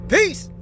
Peace